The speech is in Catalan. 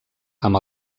amb